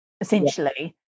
essentially